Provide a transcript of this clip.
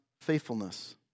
faithfulness